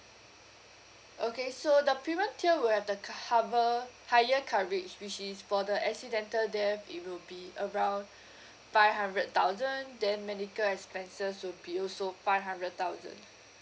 okay so the premium tier will have the c~ hover higher coverage which is for the accidental death it will be around five hundred thousand then medical expenses will be also five hundred thousand